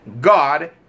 god